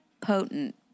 potent